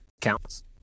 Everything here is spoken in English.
Counts